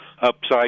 upside